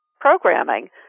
programming